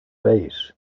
vase